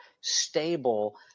stable